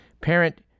Parent